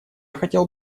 хотел